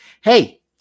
Hey